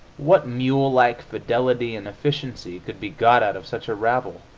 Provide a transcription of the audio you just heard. what mule-like fidelity and efficiency could be got out of such a rabble!